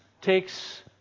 takes